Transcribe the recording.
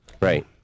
Right